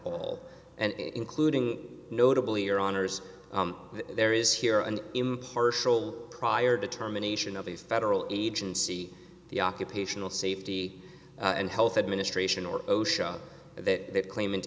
all and including notably or honors there is here an impartial prior determination of a federal agency the occupational safety and health administration or osha that claimant